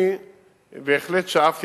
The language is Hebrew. אני בהחלט שאפתי,